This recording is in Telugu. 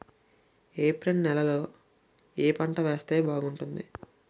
ఏప్రిల్ నెలలో ఏ పంట వేస్తే బాగుంటుంది?